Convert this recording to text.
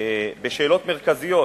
בשאלות מרכזיות,